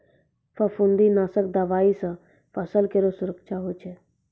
फफूंदी नाशक दवाई सँ फसल केरो सुरक्षा होय छै